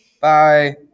Bye